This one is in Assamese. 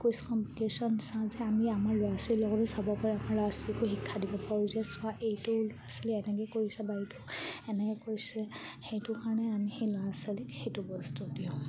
কুইজ কম্পিটিশ্যন চাওঁ যে আমি আমাৰ ল'ৰা ছোৱালী লগতো চাবপৰা আমাৰ ল'ৰা ছোৱালীকো শিক্ষা দিব পাৰোঁ যে চোৱা এইটো ল'ৰা ছোৱালী এনেকৈ কৰিছে বা এইটো এনেকৈ কৰিছে সেইটো কাৰণে আমি সেই ল'ৰা ছোৱালীক সেইটো বস্তু দিওঁ